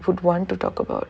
would want to talk about